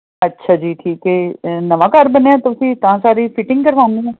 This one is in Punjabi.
ਅੱਛਾ ਜੀ ਠੀਕ ਏ ਨਵਾਂ ਘਰ ਬਣਿਆ ਤੁਸੀਂ ਤਾਂ ਸਾਰੀ ਫੀਟਿੰਗ ਕਰਵਾਨੀ ਹੈ